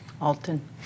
ALTON